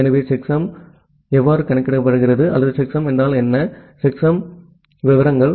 எனவே செக்சம் எவ்வாறு கணக்கிடப்படுகிறது அல்லது செக்சம் என்றால் என்ன செக்சம் விவரங்கள்